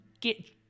get